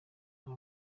aba